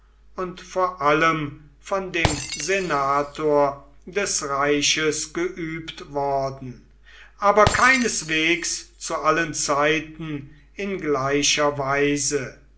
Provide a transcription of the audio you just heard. und vor allem von dem senator des reiches geübt worden aber keineswegs zu allen zeiten in gleicher weise